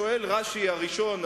שואל רש"י הראשון,